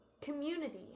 Community